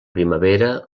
primavera